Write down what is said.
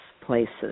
places